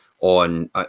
on